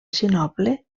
sinople